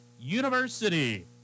university